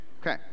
Okay